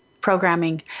programming